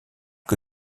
que